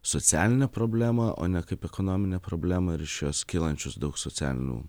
socialinę problemą o ne kaip ekonominę problemą ir iš jos kylančius daug socialinių